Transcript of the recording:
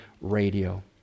Radio